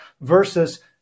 versus